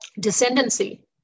descendancy